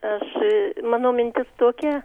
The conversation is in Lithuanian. aš mano mintis tokia